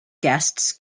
guests